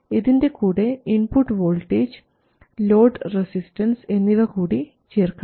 ഇതിൻറെ കൂടെ input voltage load resistance എന്നിവ കൂടി ചേർക്കണം